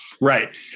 Right